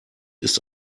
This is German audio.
ist